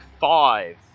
five